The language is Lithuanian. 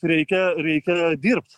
reikia reikia dirbt